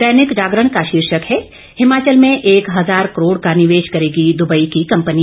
दैनिक जागरण का शीर्षक है हिमाचल में एक हजार करोड़ का निवेश करेगी दुबई की कंपनी